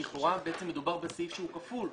לכאורה מדובר בסעיף שהוא כפול.